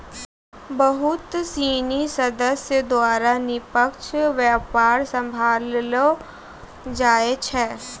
बहुत सिनी सदस्य द्वारा निष्पक्ष व्यापार सम्भाललो जाय छै